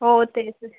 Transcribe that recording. हो तेच